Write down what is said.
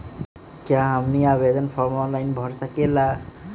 क्या हमनी आवेदन फॉर्म ऑनलाइन भर सकेला?